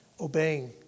obeying